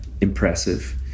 impressive